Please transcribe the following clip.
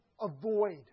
avoid